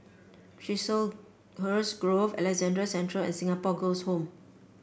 Chiselhurst Grove Alexandra Central and Singapore Girls' Home